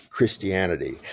Christianity